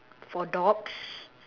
for dogs